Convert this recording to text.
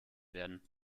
werden